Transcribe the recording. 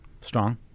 Strong